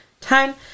time